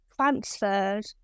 transferred